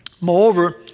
moreover